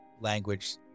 language